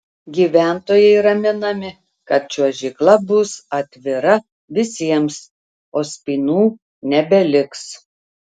gyventojai raminami kad čiuožykla bus atvira visiems o spynų nebeliks